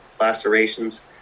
lacerations